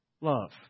love